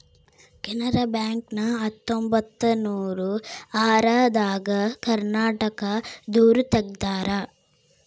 Canara bank ನ ಹತ್ತೊಂಬತ್ತನೂರ ಆರ ದಾಗ ಕರ್ನಾಟಕ ದೂರು ತೆಗ್ದಾರ